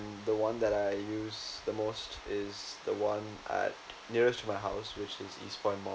the one that I use the most is the one at nearest to my house which is eastpoint mall